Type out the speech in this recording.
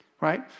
right